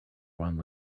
one